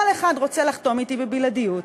כל אחד רוצה לחתום אתי בבלעדיות.